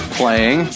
playing